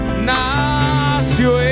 nació